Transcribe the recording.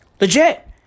Legit